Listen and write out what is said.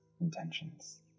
intentions